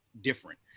different